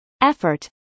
effort